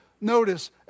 notice